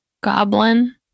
Goblin